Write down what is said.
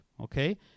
okay